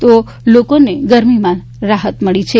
તો લોકોને ગરમીમાંથી રાહત મળી છે